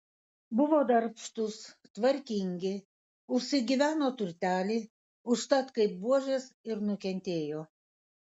buvo darbštūs tvarkingi užsigyveno turtelį užtat kaip buožės ir nukentėjo